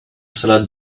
salad